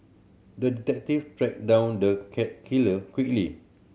the detective tracked down the cat killer quickly